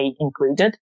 included